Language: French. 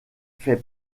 fait